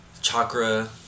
chakra